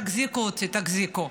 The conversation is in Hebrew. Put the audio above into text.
תחזיקו אותי, תחזיקו.